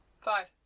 Five